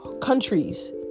countries